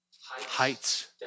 Heights